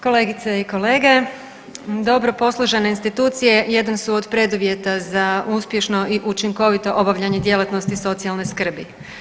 Kolegice i kolege, dobro posložene institucije jedan su od preduvjeta za uspješno i učinkovito obavljanje djelatnosti socijalne skrbi.